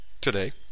today